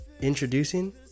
introducing